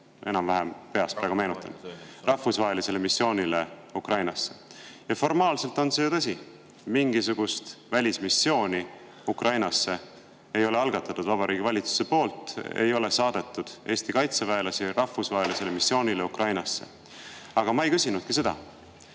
enam-vähem nii, ma peast praegu meenutan: rahvusvahelisele missioonile Ukrainasse. Ja formaalselt on see ju tõsi. Mingisugust välismissiooni Ukrainasse ei ole Vabariigi Valitsus algatanud, ei ole saadetud Eesti kaitseväelasi rahvusvahelisele missioonile Ukrainasse. Aga ma ei küsinudki seda.